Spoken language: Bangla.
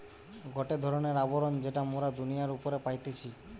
গটে ধরণের আবরণ যেটা মোরা দুনিয়ার উপরে পাইতেছি